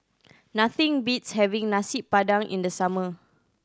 nothing beats having Nasi Padang in the summer